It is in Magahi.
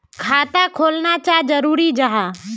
खाता खोलना चाँ जरुरी जाहा?